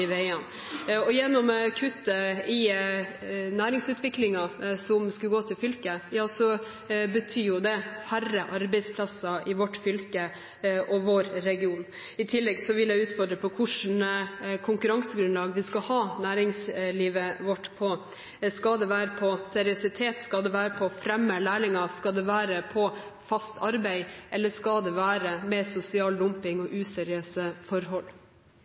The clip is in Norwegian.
veiene. Kuttet i næringsutviklingen som skulle gått til fylket, betyr færre arbeidsplasser i vårt fylke og vår region. I tillegg vil jeg utfordre når det gjelder hvilket konkurransegrunnlag vi skal ha næringslivet vårt på. Skal det være på seriøsitet, skal det være på å fremme lærlinger, skal det være på fast arbeid, eller skal det være med sosial dumping og useriøse forhold?